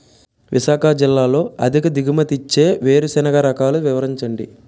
విశాఖ జిల్లాలో అధిక దిగుమతి ఇచ్చే వేరుసెనగ రకాలు వివరించండి?